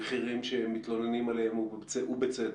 למחירים שמתלוננים עליהם ובצדק.